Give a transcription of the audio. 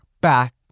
back